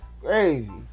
crazy